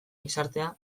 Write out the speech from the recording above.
gizartea